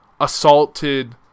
assaulted